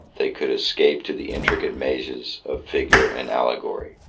they could escape to the intricate mazes of figure and allegory.